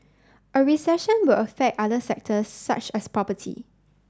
a recession will affect other sectors such as property